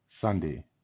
Sunday